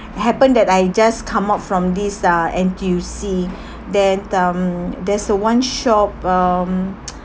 happened that I just come out from this uh N_T_U_C then um there's a one shop um